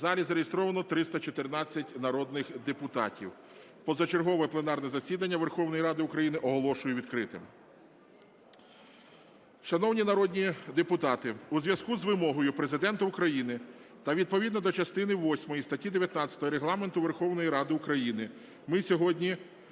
В залі зареєстровано 314 народних депутатів. Позачергове пленарне засідання Верховної Ради України оголошую відкритим. Шановні народні депутати, у зв'язку з вимогою Президента України та відповідно до частини восьмої статті 19 Регламенту Верховної Ради України ми сьогодні